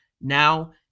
now